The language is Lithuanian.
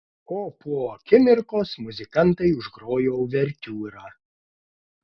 o po akimirkos muzikantai užgrojo uvertiūrą